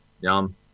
Yum